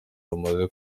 rumaze